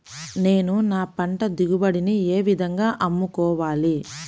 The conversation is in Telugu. నేను నా పంట దిగుబడిని ఏ విధంగా అమ్ముకోవాలి?